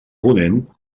ponent